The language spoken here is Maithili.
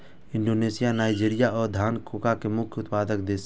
इंडोनेशिया, नाइजीरिया आ घाना कोको के मुख्य उत्पादक देश छियै